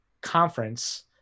conference